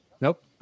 nope